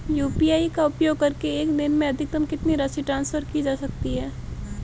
UPI का उपयोग करके एक दिन में अधिकतम कितनी राशि ट्रांसफर की जा सकती है?